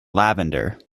lavender